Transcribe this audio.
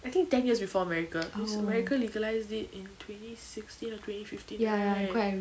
I think ten years before america cause america legalized it in twenty sixteen or twenty fifteen something like that